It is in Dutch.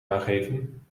aangeven